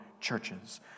churches